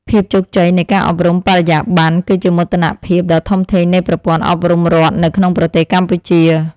ភាពជោគជ័យនៃការអប់រំបរិយាបន្នគឺជាមោទនភាពដ៏ធំធេងនៃប្រព័ន្ធអប់រំរដ្ឋនៅក្នុងប្រទេសកម្ពុជា។